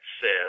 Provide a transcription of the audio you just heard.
says